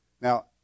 Now